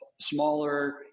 smaller